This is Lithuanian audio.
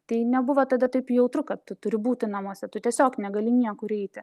tai nebuvo tada taip jautru kad tu turi būti namuose tu tiesiog negali niekur eiti